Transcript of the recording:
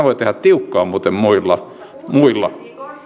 voi muuten tehdä tiukkaa muilla muilla